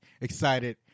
excited